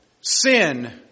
sin